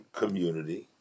community